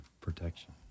protection